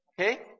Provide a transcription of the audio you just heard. Okay